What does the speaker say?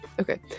Okay